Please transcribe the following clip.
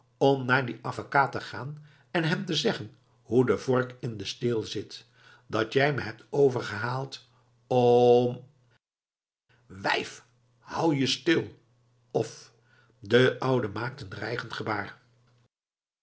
om naar dien avekaat te gaan en hem te zeggen hoe de vork in den steel zit dat jij me hebt overgehaald om wijf hou je stil of de oude maakt een dreigend gebaar